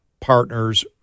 partners